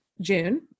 June